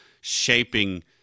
shaping